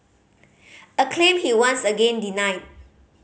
a claim he once again denied